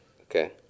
okay